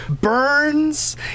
burns